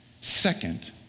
second